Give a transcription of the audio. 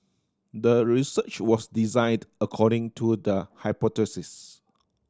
the research was designed according to the hypothesis